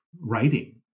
writing